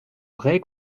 vraies